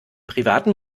privaten